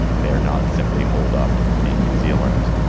and they are not simply holed up in new zealand.